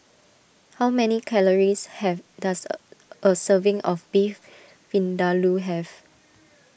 how many calories have does a a serving of Beef Vindaloo have